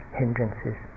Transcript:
hindrances